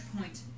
point